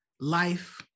life